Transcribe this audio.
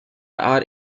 are